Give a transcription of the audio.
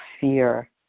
fear